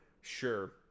sure